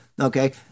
Okay